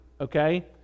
okay